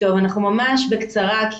ממש בקצרה,